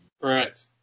Correct